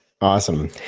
Awesome